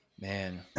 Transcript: Man